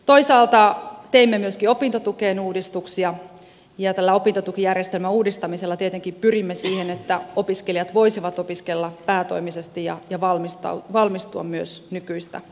toisaalta teimme myöskin opintotukeen uudistuksia ja tällä opintotukijärjestelmän uudistamisella tietenkin pyrimme siihen että opiskelijat voisivat opiskella päätoimisesti ja myös valmistua nykyistä nopeammin